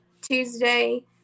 Tuesday